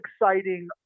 exciting